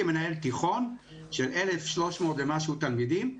כמנהל תיכון של 1,300 ומשהו תלמידים,